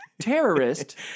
terrorist